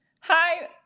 hi